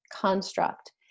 construct